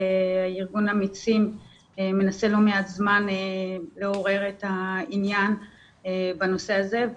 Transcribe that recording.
ארגון אמיצים מנסה לא מעט זמן לעורר את העניין בנושא הזה,